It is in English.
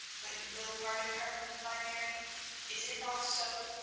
but you will pardon her, my mary is it not so?